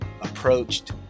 approached